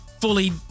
fully